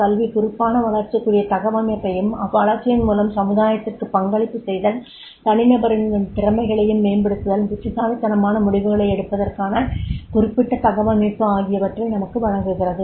கல்வி குறிப்பான வளர்ச்சிக்குறிய தகவமைப்பையும் அவ்வளர்ச்சியின் மூலம் சமுதாயத்திற்கு பங்களிப்பு செய்தல் தனிநபரின் திறன்களையும் மேம்படுத்துதல் புத்திசாலித்தனமான முடிவுகளை எடுப்பதற்கான குறிப்பிட்ட தகவமைப்பு ஆகியவற்றை நமக்கு வழங்குகிறது